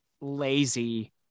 lazy